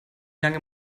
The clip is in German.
lange